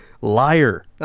Liar